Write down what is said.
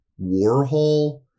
Warhol